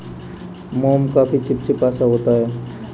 मोम काफी चिपचिपा सा होता है